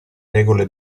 regole